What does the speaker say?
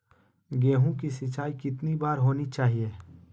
गेहु की सिंचाई कितनी बार होनी चाहिए?